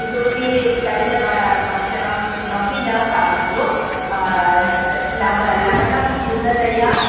इतोपि तैल ब भक्षणं किमपि न खादतु नव लवणं न्यूनतया